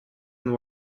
and